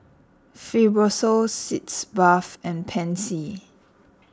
Fibrosol Sitz Bath and Pansy